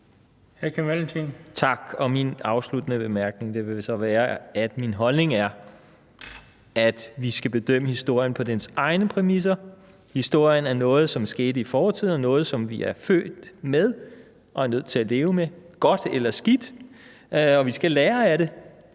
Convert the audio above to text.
Tak. Min afsluttende bemærkning vil så være, at min holdning er, at vi skal bedømme historien på dens egne præmisser. Historien er noget, som skete i fortiden, og noget, som vi er født med og er nødt til at leve med – godt eller skidt – og vi skal lære af det.